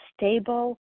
stable